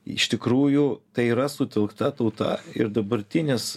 iš tikrųjų tai yra sutelkta tauta ir dabartinis